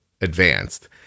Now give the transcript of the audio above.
advanced